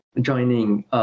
joining